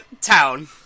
town